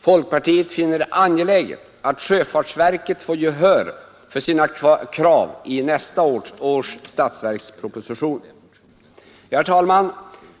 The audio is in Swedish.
Folkpartiet finner det angeläget att sjöfartsverket får gehör för sina krav i nästa års statsverksproposition. Herr talman!